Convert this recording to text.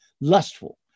lustful